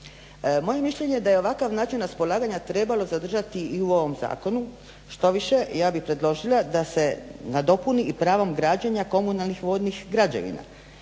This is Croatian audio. Moje mišljenje je da je ovakav način raspolaganja trebalo zadržati i u ovom zakonu, štoviše ja bih predložila da se nadopuni i pravom građenja komunalnih vodnih građevina.